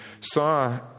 saw